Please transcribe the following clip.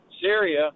Syria